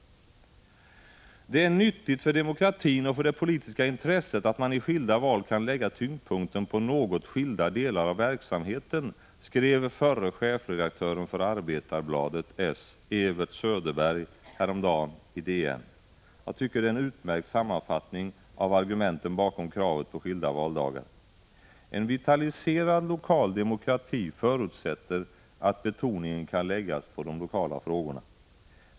1985/86:154 Det är nyttigt för demokratin och för det politiska intresset att man i skilda 28 maj 1986 val kan lägga tyngdpunkten på något skilda delar av verksamheten, skrev förre chefredaktören för Arbetarbladet , Ewert Söderberg, häromdagen i DN. Jag tycker det är en utmärkt sammanfattning av argumenten bakom kravet på skilda valdagar. En vitaliserad lokal demokrati förutsätter att betoningen kan läggas på de lokala frågorna.